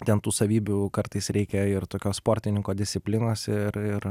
ten tų savybių kartais reikia ir tokios sportininko disciplinos ir ir